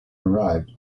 arrived